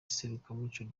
serukiramuco